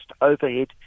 overhead